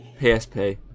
PSP